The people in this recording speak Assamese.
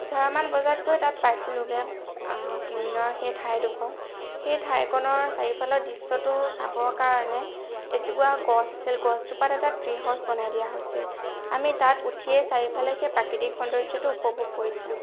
এঘাৰ মান বজাত গৈ তাত পাইছিলোঁগৈ কিমিনৰ সেই ঠাইডোখৰ সেই ঠাইকণৰ চাৰিওফালৰ দৃশ্যটো চাবৰ কাৰণে এজোপা গছ আছিল গছজোপাত এটা ত্ৰি হাউচ বনাই দিয়া হৈছিল আমি তাত উঠিয়ে চাৰিওফালে সেই প্ৰাকৃতিক সৌন্দৰ্যটো উপভোগ কৰিছিলোঁ